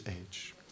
age